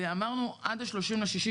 ואמרנו שעד ה-30.6,